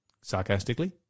sarcastically